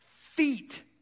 feet